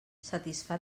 satisfà